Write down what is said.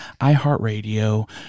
iHeartRadio